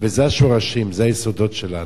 וזה השורשים, זה היסודות שלנו.